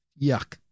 Yuck